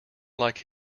like